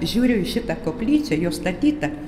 žiūriu į šitą koplyčią jo statytą